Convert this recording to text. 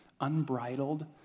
Unbridled